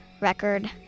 record